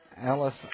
Alice